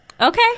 Okay